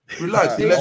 Relax